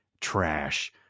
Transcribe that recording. trash